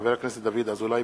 חבר הכנסת דוד אזולאי,